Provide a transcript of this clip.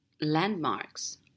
landmarks